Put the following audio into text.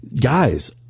Guys